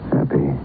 Happy